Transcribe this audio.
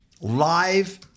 live